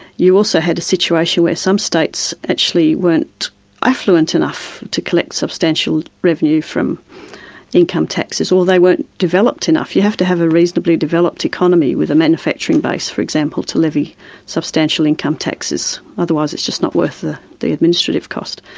you also had a situation where some states actually weren't affluent enough to collect substantial revenue from income taxes, or they weren't developed enough. you have to have a reasonably developed economy with a manufacturing base, for example, to levy substantial income taxes, otherwise it's just not worth ah the administrative cost.